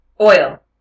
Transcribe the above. Oil